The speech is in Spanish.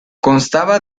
constaba